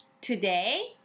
today